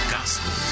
Gospel